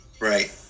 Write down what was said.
Right